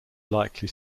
likely